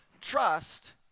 trust